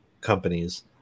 companies